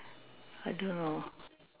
I don't know